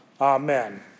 Amen